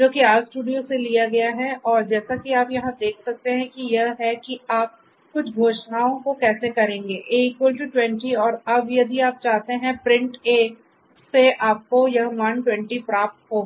जो कि RStudio से लिया गया है और जैसा कि आप यहां देख सकते हैं कि यह है कि आप कुछ घोषणाओं को कैसे करेंगे A20 और अब यदि आप चाहते हैं प्रिंट A से आपको यह मान 20 प्राप्त होगा